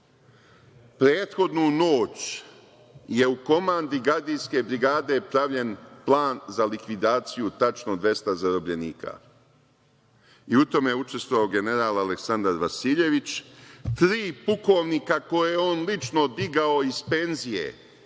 bolnicu. Prethodnu noć je u komandi gardijske brigade pravljen plan za likvidaciju tačno 200 zarobljenika. U tome je učestvovao general Aleksandar Vasiljević. Tri pukovnika koje je on lično digao iz penzije,